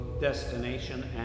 destination